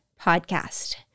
podcast